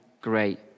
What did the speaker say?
great